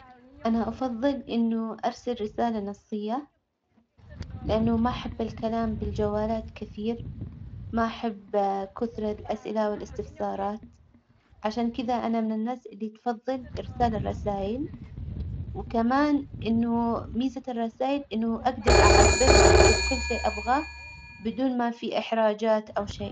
أنا أفظل إنه أرسل رسالة نصية، لإنه ما أحب الكلام بالجوالات كثير، ما أحب كثر الأسئلة والإستفسارات، عشان كذا أنا من الناس اللي تفظل إرسال الرسايل، وكمان إنه ميزة الرسايل إنه أجدر أعبر وأكتب كل شيء أبغاه بدون ما في إحراجات أو شيء.